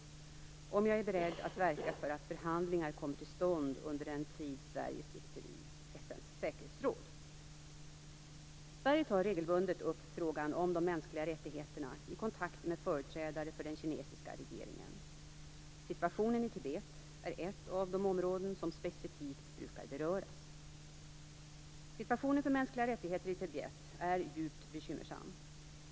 Hon har också frågat mig om jag är beredd att verka för att förhandlingar kommer till stånd under den tid Sverige sitter i Sverige tar regelbundet upp frågan om de mänskliga rättigheterna i kontakter med företrädare för den kinesiska regeringen. Situationen i Tibet är ett av de områden som specifikt brukar beröras. Situationen för mänskliga rättigheter i Tibet är djupt bekymmersam.